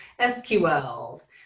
SQLs